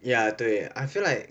yeah 对 I feel like